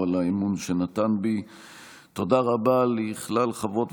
כל ההסכמים האמורים הועברו לידיעת חברי